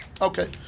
Okay